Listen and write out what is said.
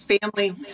family